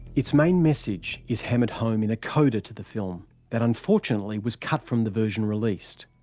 its main message is hammered home in a coda to the film that, unfortunately, was cut from the version released.